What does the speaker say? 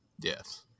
Yes